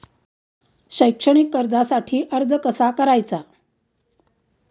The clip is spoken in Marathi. शैक्षणिक कर्जासाठी अर्ज कसा करायचा?